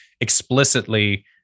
explicitly